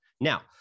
Now